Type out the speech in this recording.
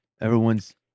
Everyone's